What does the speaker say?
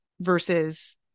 versus